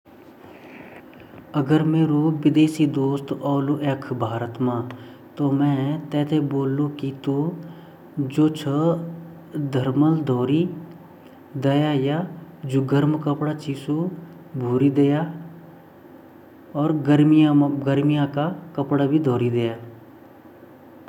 अगर क्वे सहेली मेरी भेैर बाटिन औण्डी भेर देश बाटिन ता उते मी आपा देशा हिसाब से कपडा ल्योन्ड ते ब्वोलु सरदिगा मौसम मा आली ता सरदिगा कपडा ल्योडो ते ब्वोलु अर गर्मी मौसम मा आली ता गर्मी कपडा ल्योनडो ते ब्वोलु, अर सूट ची वी मु ता सूट ल्याली स्वेटर ल्याली जैसे की वी शरीर धकयु रोलु अर ता आपा देशा हिसाब से में वीते कपडा ल्योडो ते ब्वोलु।